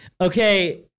Okay